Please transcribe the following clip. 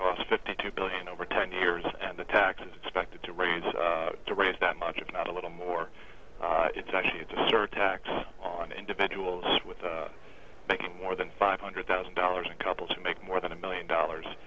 cost fifty two billion over ten years and the taxes expected to raise to raise that much if not a little more it's actually it's a surtax on individuals with thank you more than five hundred thousand dollars to couples who make more than a million dollars